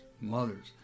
mothers